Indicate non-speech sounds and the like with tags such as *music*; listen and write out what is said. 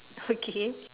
*laughs* okay